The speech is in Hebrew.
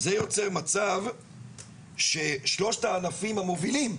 זה יוצר מצב ששלושת הענפים המובילים,